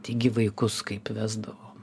taigi vaikus kaip vesdavo